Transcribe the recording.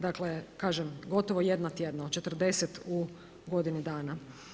Dakle, kažem, gotovo jedna tjedno, 40 u godini dana.